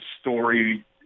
story